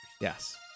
Yes